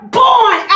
born